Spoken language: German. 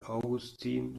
augustin